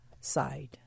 side